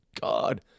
God